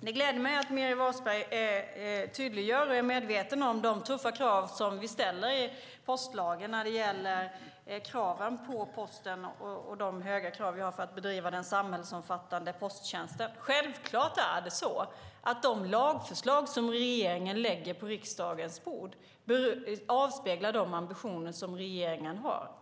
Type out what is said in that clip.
Det gläder mig att Meeri Wasberg tydliggör och är medveten om de tuffa krav som vi ställer i postlagen. Det gäller kraven på Posten och de höga krav vi har när det gäller att bedriva den samhällsomfattande posttjänsten. Självklart avspeglar de lagförslag som regeringen lägger på riksdagens bord de ambitioner som regeringen har.